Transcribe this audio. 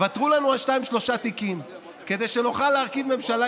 ותרו לנו על שניים-שלושה תיקים כדי שנוכל להקים ממשלה